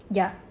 ya